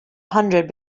hundred